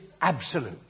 absolute